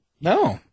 No